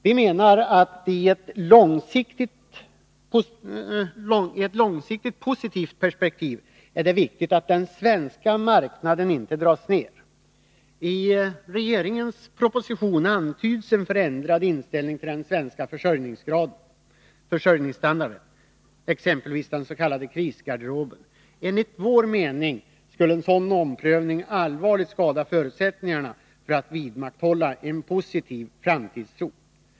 Vi menar att det i ett långsiktigt positivt perspektiv är viktigt att den svenska marknaden inte krymps. I propositionen antyds en förändrad inställning till den svenska försörjningsstandarden, exempelvis i fråga om den s.k. krisgarderoben. Enligt vår mening skulle en omprövning allvarligt skada förutsättningarna för att vi skall kunna vidmakthålla en framtidstro.